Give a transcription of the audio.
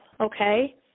okay